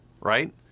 right